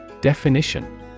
Definition